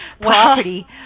property